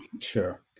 Sure